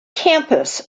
campus